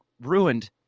ruined